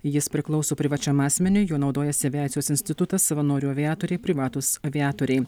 jis priklauso privačiam asmeniui juo naudojasi aviacijos institutas savanorių aviatoriai privatūs aviatoriai